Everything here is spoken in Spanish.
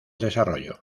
desarrollo